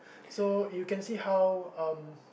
so you can see how um